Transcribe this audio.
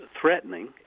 threatening